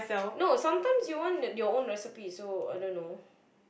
no sometimes you want the your own recipe so I don't know